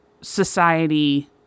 society